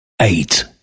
eight